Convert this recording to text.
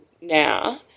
now